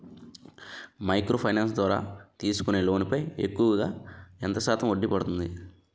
Micro finance ద్వారా తీసుకునే loan పై ఎక్కువుగా ఎంత శాతం వడ్డీ పడుతుంది?